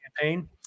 campaign